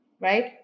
right